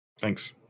Thanks